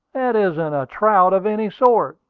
that isn't a trout of any sort!